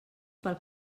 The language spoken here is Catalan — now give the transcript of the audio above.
pel